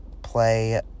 play